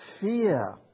fear